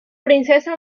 princesa